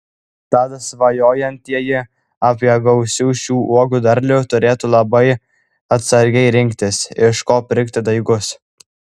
tad svajojantieji apie gausių šių uogų derlių turėtų labai atsargiai rinktis iš ko pirkti daigus